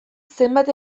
zenbait